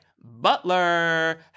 Butler